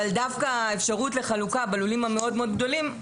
דווקא האפשרות לחלוקה בלולים המאוד מאוד גדולים,